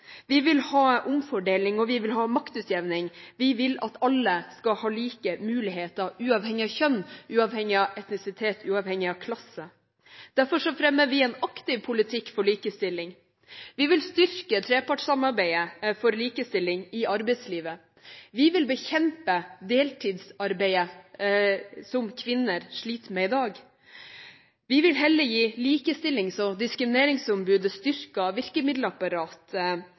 Vi vil ha omfordeling, og vi vil ha maktutjevning, vi vil at alle skal ha like muligheter uavhengig av kjønn, uavhengig av etnisitet, uavhengig av klasse. Derfor fremmer vi en aktiv politikk for likestilling. Vi vil styrke trepartssamarbeidet for likestilling i arbeidslivet, vi vil bekjempe deltidsarbeidet som kvinner sliter med i dag. Vi vil heller gi likestillings- og diskrimineringsombudet et styrket virkemiddelapparat